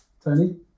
Tony